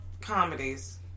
comedies